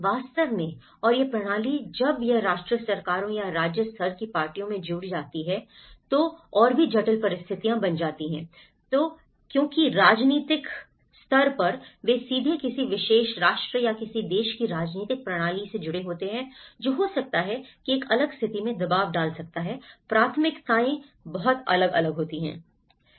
वास्तव में और यह प्रणाली जब यह राष्ट्रीय सरकारों या राज्य स्तर की पार्टियों से जुड़ जाती है जो और भी जटिल परिस्थितियां होती हैं तो काम करती हैं क्योंकि राजनीतिक पर वे सीधे किसी विशेष राष्ट्र या किसी देश की राजनीतिक प्रणाली से जुड़ी होती हैं जो हो सकता है एक अलग स्थिति में दबाव डाला जा सकता है प्राथमिकताएं बहुत अलग हैं